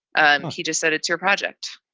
and he just said, it's your project.